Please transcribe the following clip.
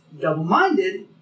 double-minded